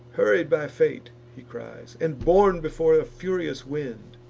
hurried by fate, he cries, and borne before a furious wind,